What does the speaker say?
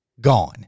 gone